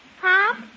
Pop